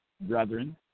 brethren